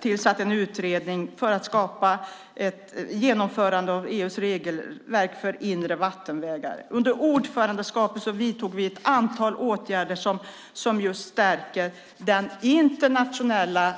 tillsatt en utredning när det gäller genomförande av EU:s regelverk om inre vattenvägar. Under ordförandeskapet vidtog vi ett antal åtgärder som stärker den internationella